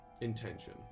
intention